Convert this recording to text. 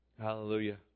Hallelujah